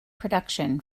production